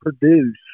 produce